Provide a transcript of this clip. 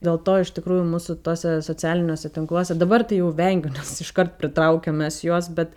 dėl to iš tikrųjų mūsų tuose socialiniuose tinkluose dabar tai jau vengiu nes iškart pritraukiam mes juos bet